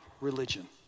religion